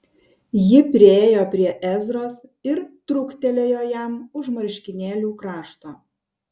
ji priėjo prie ezros ir truktelėjo jam už marškinėlių krašto